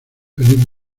feliz